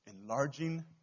Enlarging